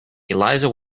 eliza